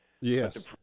Yes